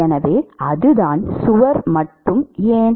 எனவே அதுதான் சுவர் மட்டும் ஏன்